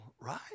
right